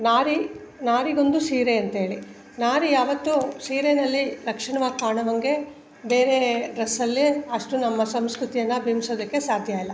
ನಾರಿ ನಾರಿಗೊಂದು ಸೀರೆ ಅಂಥೇಳಿ ನಾರಿ ಯಾವತ್ತೂ ಸೀರೆಯಲ್ಲಿ ಲಕ್ಷಣವಾಗಿ ಕಾಣೋ ಹಾಗೆ ಬೇರೆ ಡ್ರಸ್ಸಲ್ಲಿ ಅಷ್ಟು ನಮ್ಮ ಸಂಸ್ಕೃತಿಯನ್ನು ಬಿಂಬಿಸೋದಕ್ಕೆ ಸಾಧ್ಯ ಇಲ್ಲ